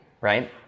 right